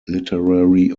literary